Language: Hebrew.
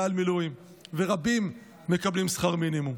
ורבים מקבלים שכר מינימום,